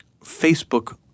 Facebook